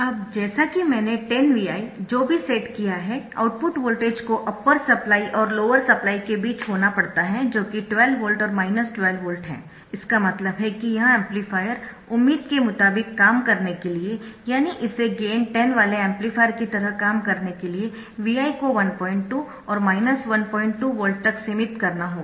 अब जैसा कि मैंने 10 Vi जो भी सेट किया है आउटपुट वोल्टेज को अप्पर सप्लाई और लोअर सप्लाई के बीच होना पड़ता है जो कि 12 वोल्ट और 12 वोल्ट है इसका मतलब है कि यह एम्पलीफायर उम्मीद के मुताबिक काम करने के लिए यानि इसे गेन 10 वाले एम्पलीफायर की तरह काम करने के लिए Vi को 12 और 12 वोल्ट तक सीमित करना होगा